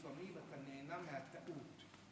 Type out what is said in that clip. לפעמים אתה נהנה מהטעות,